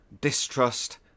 distrust